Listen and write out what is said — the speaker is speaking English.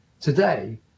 today